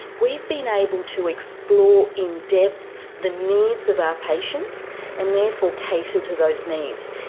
we've been able to explore in depth the needs of our patients and therefore cater to those needs.